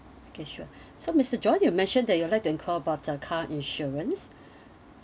okay sure so mister john you mention that you'd like to enquire about the car insurance